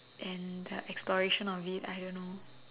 and the exploration of it I don't know